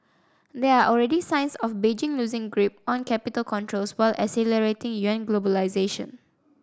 there are already signs of Beijing loosing grip on capital controls while accelerating yuan globalization